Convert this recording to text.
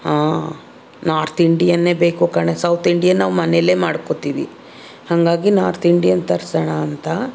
ಹಾಂ ನಾರ್ತ್ ಇಂಡಿಯನ್ನೇ ಬೇಕು ಕಣೆ ಸೌತ್ ಇಂಡಿಯನ್ ನಾವು ಮನೇಲೆ ಮಾಡ್ಕೋತೀವಿ ಹಾಗಾಗಿ ನಾರ್ತ್ ಇಂಡಿಯನ್ ತರ್ಸೋಣ ಅಂತ